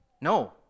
No